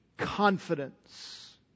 confidence